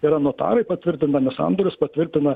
tai yra notarai patvirtindami sandorius patvirtina